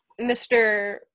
Mr